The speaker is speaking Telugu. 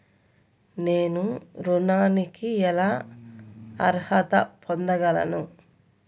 నేను ఋణానికి ఎలా అర్హత పొందగలను?